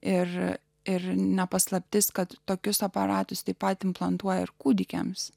ir ir ne paslaptis kad tokius aparatus taip pat implantuoja ir kūdikiams